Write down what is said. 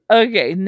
okay